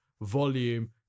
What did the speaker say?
volume